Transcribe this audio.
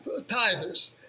tithers